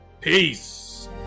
Peace